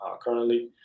currently